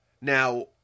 Now